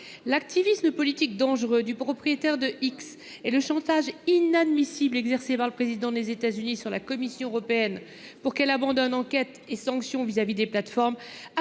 L’activisme politique dangereux du propriétaire de X et le chantage inadmissible exercé par le président des États Unis sur la Commission européenne pour qu’elle abandonne enquêtes et sanctions vis à vis des plateformes